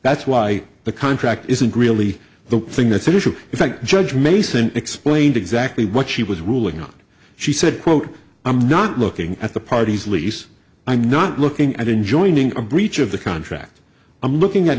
that's why the contract isn't really the thing that's an issue in fact judge mason explained exactly what she was ruling on she said quote i'm not looking at the parties lease i'm not looking at enjoining a breach of the contract i'm looking at